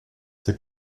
the